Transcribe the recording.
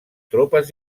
tropes